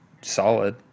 solid